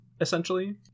essentially